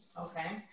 Okay